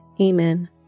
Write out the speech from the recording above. Amen